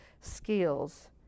skills